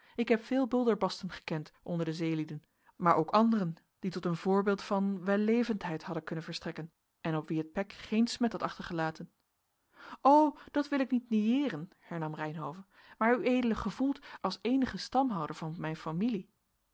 ik heb veel bulderbasten gekend onder de zeelieden maar ook anderen die tot een voorbeeld van wellevendheid hadden kunnen verstrekken en op wie het pek geen smet had achtergelaten o dat wil ik niet niëeren hernam reynhove maar ued gevoelt als eenige stamhouder van mijn familie